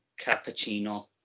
Cappuccino